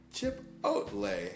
Chipotle